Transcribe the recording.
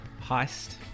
heist